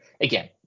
again